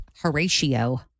Horatio